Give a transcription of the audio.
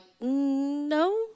no